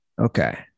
Okay